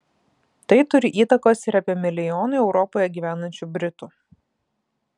tai turi įtakos ir apie milijonui europoje gyvenančių britų